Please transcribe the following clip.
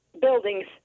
buildings